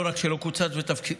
לא רק שלא קוצץ בתקציבו,